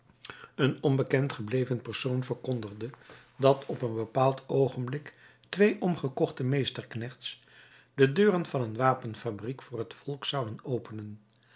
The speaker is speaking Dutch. een onbekend gebleven persoon verkondigde dat op een bepaald oogenblik twee omgekochte meesterknechts de deuren van een wapenfabriek voor het volk zouden openen